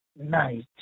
night